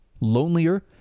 lonelier